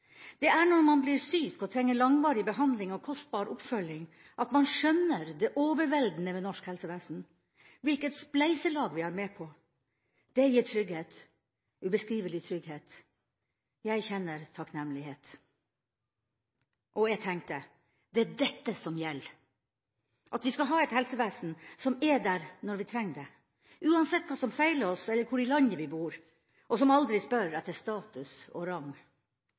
Det er når man blir syk og trenger langvarig behandling og kostbar oppfølging at man skjønner det overveldende ved norsk helsevesen, hvilket spleiselag vi er med på. Det gir trygghet – ubeskrivelig trygghet. Jeg kjenner takknemlighet!» Jeg tenkte at det er dette som gjelder: Vi skal ha et helsevesen som er der når vi trenger det, uansett hva som feiler oss eller hvor i landet vi bor, og som aldri spør etter status og rang.